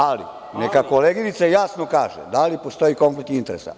Ali, neka koleginica jasno kaže da li postoji konflikt interesa.